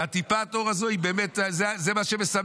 וטיפת האור הזו היא באמת מה שמסמל.